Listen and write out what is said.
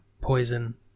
poison